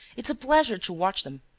it's a pleasure to watch them!